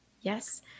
Yes